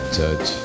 touch